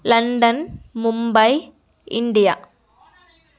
London Mumbai India